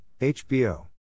HBO